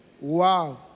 Wow